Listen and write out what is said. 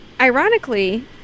ironically